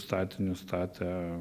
statinius statę